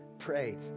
Pray